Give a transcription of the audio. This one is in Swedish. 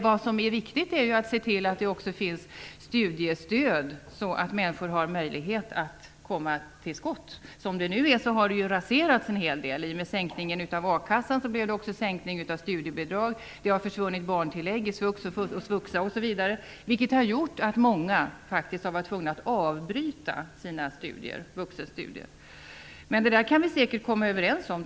Vad som är viktigt är att se till att det också finns studiestöd så att människor har möjlighet att komma till skott. Som det nu är har det raserats en hel del. I och med sänkningen av ersättningen från akassan blev det också sänkning av studiebidrag. Det har försvunnit barntillägg i svux och svuxa, osv. Det har gjort att många har varit tvungna att avbryta sina vuxenstudier. Men det kan vi säkert komma överens om.